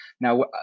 Now